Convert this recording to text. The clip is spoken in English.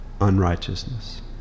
unrighteousness